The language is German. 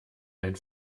ein